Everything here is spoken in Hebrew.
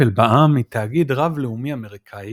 אפל בע"מ היא תאגיד רב-לאומי אמריקאי,